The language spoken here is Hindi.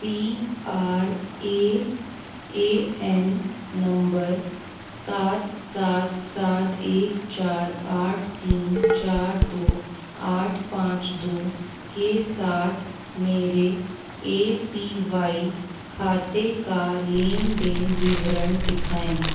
P R A A N number सात सात सात एक चार आठ तीन चार दो आठ पाँच दो के साथ मेरे ए पी वाई खाते का लेन देन विवरण दिखाएँ